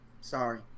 Sorry